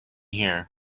here